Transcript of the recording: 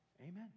Amen